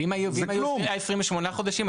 ואם היו נותנים לכם 28 חודשים,